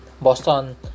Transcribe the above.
Boston